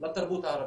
לתרבות הערבית.